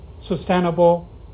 sustainable